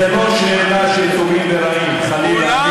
זו לא שאלה של טובים ורעים, חלילה.